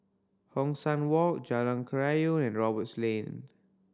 Hong San Walk Jalan Kerayong and Roberts Lane